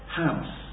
house